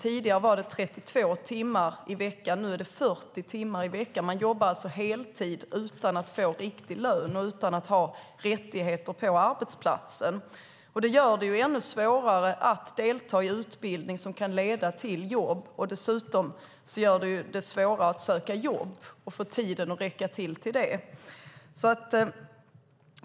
Tidigare var den 32 timmar i veckan, och nu är den 40 timmar i veckan. Man jobbar alltså heltid utan att få riktig lön och utan att ha rättigheter på arbetsplatsen. Det gör det ännu svårare att delta i utbildning som kan leda till jobb och gör det dessutom svårare att söka jobb och få tiden att räcka till för det.